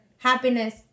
Happiness